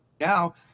now